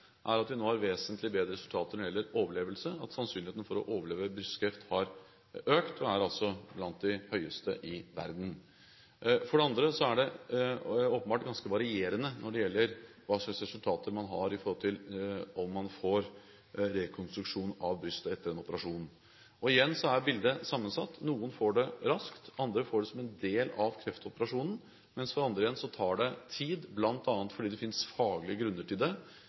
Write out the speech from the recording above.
er at vi nå har vesentlig bedre resultater når det gjelder overlevelse, at sannsynligheten for å overleve brystkreft har økt, og er blant den høyeste i verden. For det andre er det åpenbart ganske varierende hva slags resultater man har, når det gjelder om man får rekonstruksjon av brystet etter en operasjon. Igjen er bildet sammensatt: Noen får det raskt, andre får det som en del av kreftoperasjonen, mens for andre igjen tar det tid – bl.a. fordi det finnes faglige grunner til det,